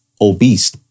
obese